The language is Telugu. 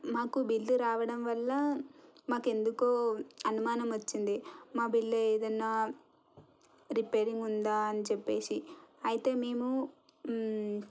మాకు బిల్లు రావడం వల్ల మాకు ఎందుకో అనుమానం వచ్చింది మా బిల్లు ఏదైనా రిపేరింగ్ ఉందా అని చెప్పేసి అయితే మేము